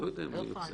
לא יודע אם הוא יוצא.